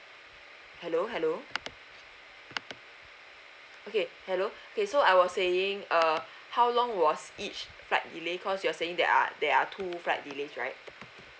hello hello okay hello okay so I was saying uh how long was each flight delay cause you're saying there are there are two flight delays right